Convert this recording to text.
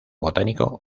botánico